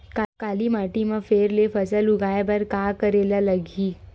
काली माटी म फेर ले फसल उगाए बर का करेला लगही?